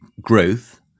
growth